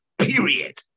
period